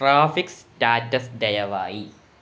traffic status ദയവായി